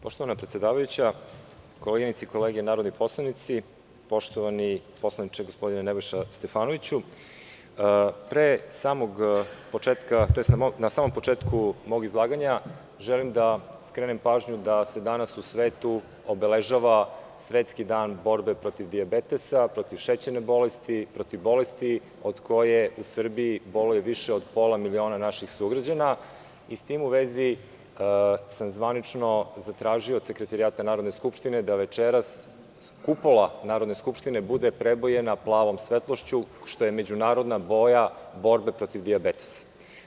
Poštovana predsedavajuća, koleginice i kolege narodni poslanici, poštovani poslaničke, gospodine Nebojša Stefanoviću, na samom početku mog izlaganja želim da skrenem pažnju na to da se danas u svetu obeležava Svetski dan protiv dijabetesa, protiv šećerne bolesti, protiv bolesti od koje u Srbiji boluje više od pola miliona naših sugrađana i sa tim u vezi sam zvanično tražio od Sekretarijata Narodne skupštine da večeras kupola Narodne skupštine bude prebojena plavom svetlošću, što je međunarodna boja borbe protiv dijabetesa.